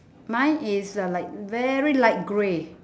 mine is uh like very light grey